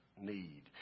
need